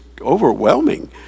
overwhelming